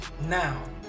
now